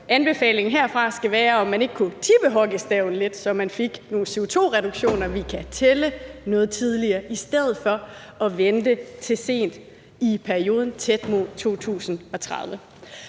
Anbefalingen herfra skal være, om man ikke kunne tippe hockeystaven lidt, så man fik nogle CO2-reduktioner, som vi kan tælle, noget tidligere i stedet for at vente til sent i perioden, tæt mod 2030.